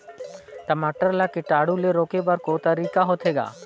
टमाटर ला कीटाणु ले रोके बर को तरीका होथे ग?